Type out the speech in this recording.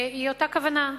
היא אותה כוונה.